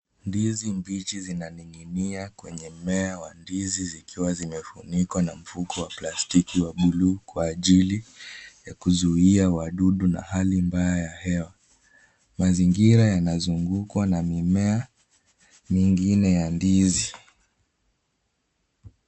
Ndizi mbichi zinaning'inia kwenye mmea wa ndizi zikiwa zimefunikwa na mfuko wa plastiki wa buluu kwa ajili ya kuzuia wadudu na hali mbaya ya hewa. Mazingira yanazungukwa na mimea nyingine ya ndizi.